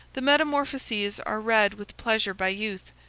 the metamorphoses are read with pleasure by youth,